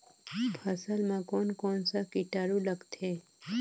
फसल मा कोन कोन सा कीटाणु लगथे?